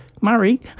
Murray